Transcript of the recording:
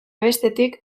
bestetik